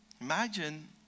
Imagine